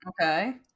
Okay